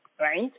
right